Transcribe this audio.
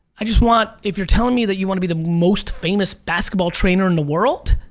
i just want if you're telling me that you wanna be the most famous basketball trainer in the world,